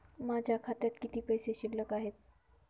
माझ्या खात्यात किती पैसे शिल्लक आहेत?